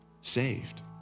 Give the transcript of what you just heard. saved